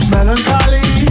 Melancholy